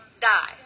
die